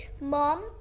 Mom